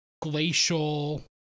glacial